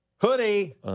Hoodie